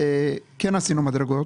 כן עשינו מדרגות.